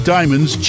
Diamonds